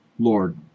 Lord